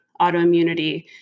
autoimmunity